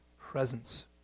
presence